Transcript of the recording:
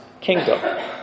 kingdom